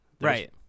right